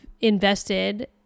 invested